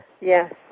yes